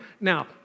now